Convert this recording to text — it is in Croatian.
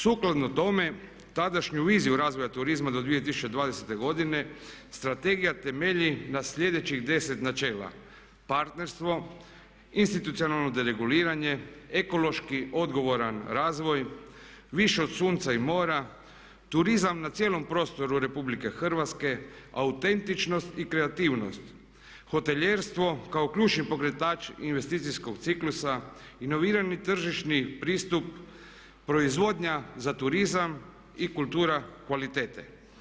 Sukladno tome tadašnju viziju razvoja turizma do 2020. godine strategija temelji na sljedećih deset načela: partnerstvo, institucionalno dereguliranje, ekološki odgovoran razvoj, više od sunca i mora, turizam na cijelom prostoru RH, autentičnost i kreativnost, hotelijerstvo kao ključni pokretač investicijskog ciklusa, inovirani tržišni pristup, proizvodnja za turizam i kultura kvalitete.